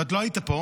אתה עוד לא היית פה